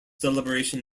deliberation